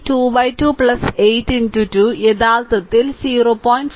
ഈ 22 8 2 യഥാർത്ഥത്തിൽ 0